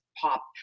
pop